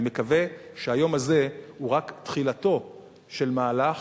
אני מקווה שהיום הזה הוא רק תחילתו של מהלך,